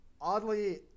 oddly